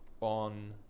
on